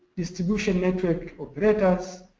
distribution network operators,